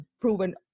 proven